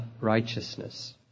righteousness